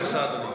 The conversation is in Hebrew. בבקשה, אדוני.